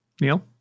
neil